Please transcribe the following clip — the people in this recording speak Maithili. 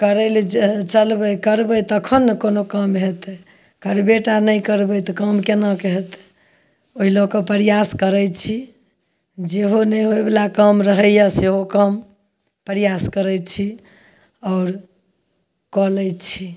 करय लए चलबय करबय तखन ने कोनो काम हेतइ करबे टा ने करबय तऽ काम केना कए हेतइ ओइ लअ कऽ प्रयास करइ छी जेहो नहि होयवला काम रहय यए सेहो काम प्रयास करय छी आओर कऽ लय छी